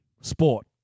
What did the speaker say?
sport